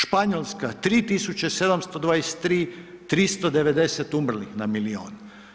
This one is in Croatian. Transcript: Španjolska 3723, 390 umrlih na milijun.